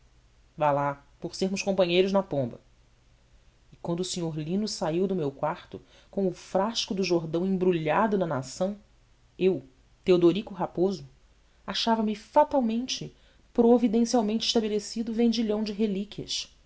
vá lá por sermos companheiros na pomba e quando o senhor lino saiu do meu quarto com o frasco do jordão embrulhado na nação eu teodorico raposo achava-me fatalmente providencialmente estabelecido vendilhão de relíquias